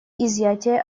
изъятия